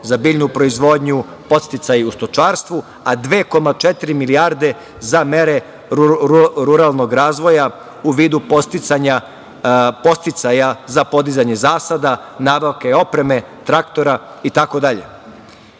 za biljnu proizvodnju, podsticaji u stočarstvu, a 2,4 milijarde za mere ruralnog razvoja u vidu podsticaja za podizanje zasada, nabavke, opreme, traktora itd.U